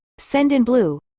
Sendinblue